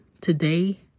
today